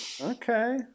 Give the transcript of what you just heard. Okay